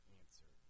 answer